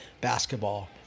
basketball